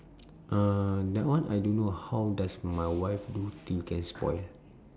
uh that one I don't know how does my wife do till can spoil